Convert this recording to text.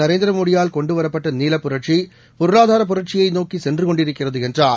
நரேந்திரமோடியால் கொண்டுவரப்பட்ட நீலப்புரட்சி பொருளாதார புரட்சியை நோக்கி சென்று கொண்டிருக்கிறது என்றார்